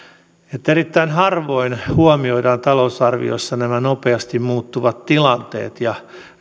että erittäin harvoin huomioidaan talousarviossa nämä nopeasti muuttuvat tilanteet ja